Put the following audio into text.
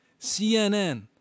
CNN